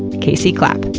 casey clapp.